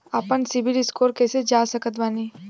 आपन सीबील स्कोर कैसे जांच सकत बानी?